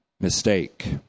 mistake